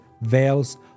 veils